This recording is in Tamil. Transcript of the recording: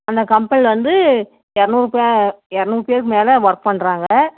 அந்த கம்பெனியில் வந்து இரநூறுபே இரநூறு பேர்க்கு மேலே ஒர்க் பண்ணுறாங்க